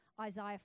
Isaiah